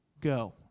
Go